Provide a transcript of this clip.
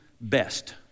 best